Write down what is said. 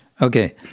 okay